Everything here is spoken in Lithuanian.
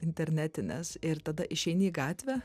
internetines ir tada išeini į gatvę